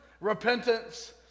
repentance